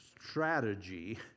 strategy